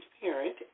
Parent